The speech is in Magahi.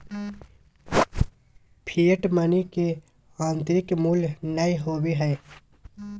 फिएट मनी के आंतरिक मूल्य नय होबो हइ